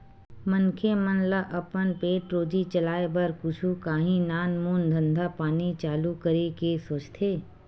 मनखे मन ल अपन पेट रोजी चलाय बर कुछु काही नानमून धंधा पानी चालू करे के सोचथे